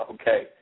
Okay